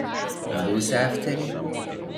būsi aftery